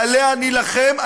שעליה נילחם,